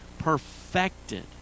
perfected